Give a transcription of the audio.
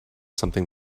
something